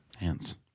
Ants